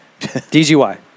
DGY